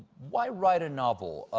why write a novel?